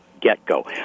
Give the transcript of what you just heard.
get-go